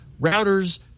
routers